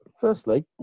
Firstly